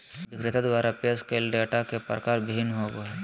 विक्रेता द्वारा पेश कइल डेटा के प्रकार भिन्न होबो हइ